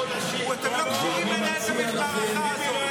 אתם לא כשירים לנהל את המערכה הזאת.